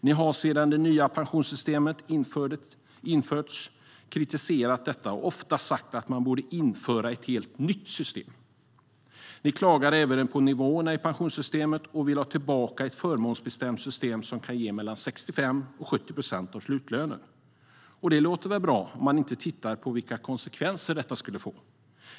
Ni har sedan det nya pensionssystemet infördes kritiserat detta och har ofta sagt att man borde införa ett helt nytt system. Ni klagar även på nivåerna i pensionssystemet och vill ha tillbaka ett förmånsbestämt system som kan ge mellan 65 och 70 procent av slutlönen. Det låter väl bra om man inte tittar på vilka konsekvenser detta skulle få.